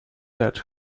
that